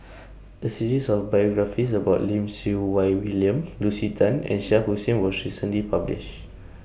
A series of biographies about Lim Siew Wai William Lucy Tan and Shah Hussain was recently published